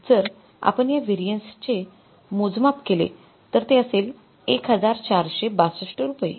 जर आपण या व्हेरिएन्स चे मोजमाप केले तर ते असेल १४६२ रुपये